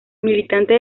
militante